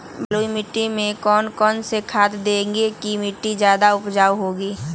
बलुई मिट्टी में कौन कौन से खाद देगें की मिट्टी ज्यादा उपजाऊ होगी?